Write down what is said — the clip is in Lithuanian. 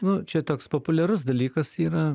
nu čia toks populiarus dalykas yra